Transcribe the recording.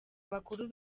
abakuru